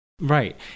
Right